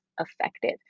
effective